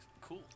Cool